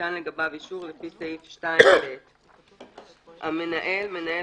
שניתן לגביו אישור לפי סעיף 2(ב); "המנהל" מנהל